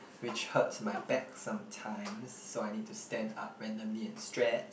which hurts my back sometimes so I need to stand up randomly and stretch